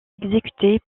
exécuté